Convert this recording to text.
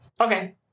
Okay